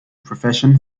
profession